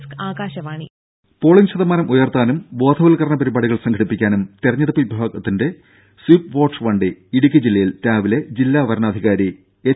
ദര പോളിങ് ശതമാനം ഉയർത്താനും ബോധവൽക്കരണ പരിപാടി കൾ സംഘടിപ്പിക്കാനും തെരഞ്ഞെടുപ്പ് വിഭാഗത്തിന്റെ സ്വീപ്പ് വോട്ട് വണ്ടി ഇടുക്കി ജില്ലയിൽ രാവിലെ ജില്ലാ വരണാധികാരി എച്ച്